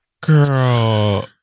girl